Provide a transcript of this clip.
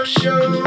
show